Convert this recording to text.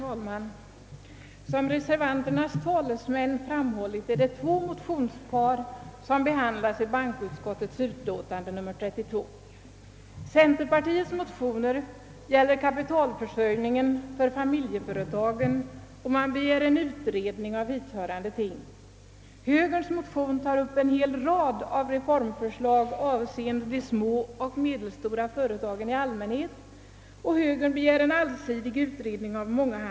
Herr talman! Som reservanternas talesmän framhållit är det två motionspar som behandlas i bankoutskottets utlåtande nr 32. talförsörjningen för familjeföretagen och i dem begärs en utredning av hithörande ting. I högerns motion tas det upp en hel rad av reformförslag avseende de små och medelstora företagen i allmänhet, och högern begär en allsidig utredning av mångahanda frågor.